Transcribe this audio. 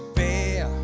bear